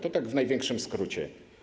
To tak w największym skrócie.